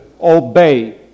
obey